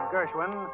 Gershwin